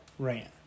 ran